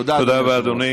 תודה, אדוני